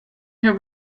her